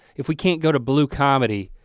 if we can't go to blue comedy,